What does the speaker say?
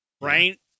right